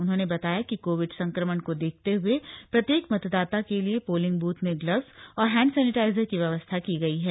उन्होंने बताया कि कोविड संक्रमण को देखते हुए प्रत्येक मतदाता के लिए पोलिंग बूथ में ग्लव्स और हैन्ड सैनिटाइजर की व्यवस्था की गयी है